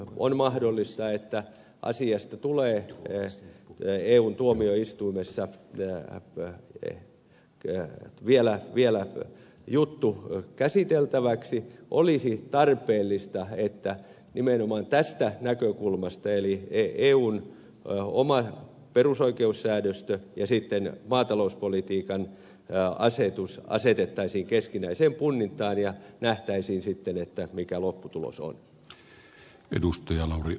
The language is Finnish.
on mahdollista että asiasta tulee eyn tuomioistuimessa vielä juttu käsiteltäväksi jolloin olisi tarpeellista että nimenomaan tästä näkökulmasta eun oma perusoikeussäädöstö ja maatalouspolitiikan asetus asetettaisiin keskinäiseen punnintaan ja nähtäisiin sitten mikä lopputulos oli edustaja lauri